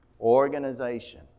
organization